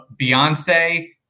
Beyonce –